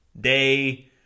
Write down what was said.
day